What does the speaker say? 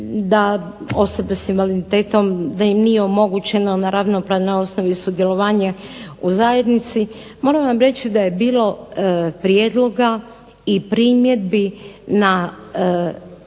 da osobe s invaliditetom da im nije omogućeno na ravnopravnoj osnovi sudjelovanje u zajednici. Moram vam reći da je bilo prijedloga i primjedbi na